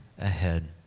ahead